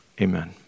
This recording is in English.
amen